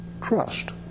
trust